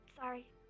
Sorry